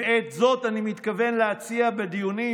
ואת זאת אני מתכוון להציע בדיונים